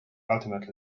ultimately